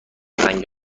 رنگ